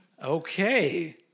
Okay